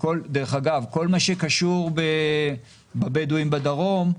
דרך אגב, כל מה שקשור בבדווים בדרום,